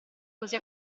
così